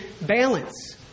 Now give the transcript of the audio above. balance